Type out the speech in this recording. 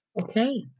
Okay